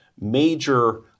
major